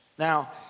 Now